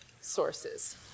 sources